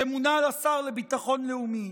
שמונה לשר לביטחון לאומי.